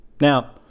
Now